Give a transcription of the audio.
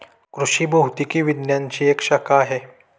कृषि भौतिकी विज्ञानची एक शाखा आहे